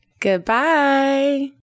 Goodbye